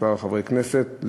כמה חברי כנסת,